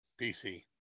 PC